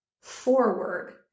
forward